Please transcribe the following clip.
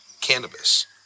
Cannabis